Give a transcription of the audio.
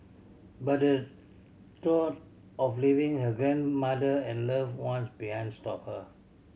but the thought of leaving her grandmother and loved ones behind stopped her